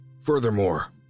Furthermore